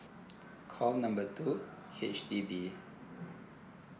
call number two H_D_B